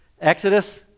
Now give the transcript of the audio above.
Exodus